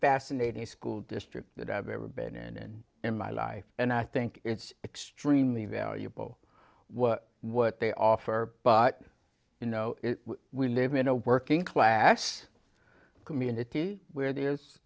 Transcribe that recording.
fascinating school district that i've ever been in in my life and i think it's extremely valuable what what they offer but you know we live in a working class community where there